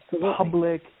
public